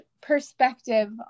perspective